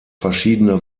verschiedene